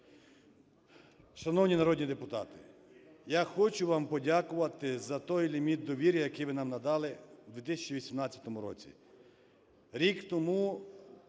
Шановні народні депутати, я хочу вам подякувати за той ліміт довіри, який ви нам надали в 2018 році.